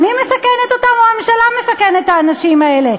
אני מסכנת אותם, או הממשלה מסכנת את האנשים האלה?